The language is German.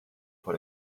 vor